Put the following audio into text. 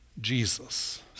Jesus